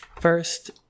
first